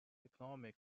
economic